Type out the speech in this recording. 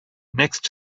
next